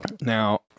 Now